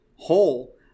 whole